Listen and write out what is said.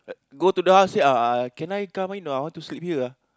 go to the house say uh can I come in your house to sleep here ah